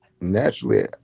naturally